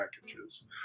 packages